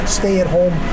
stay-at-home